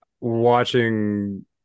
watching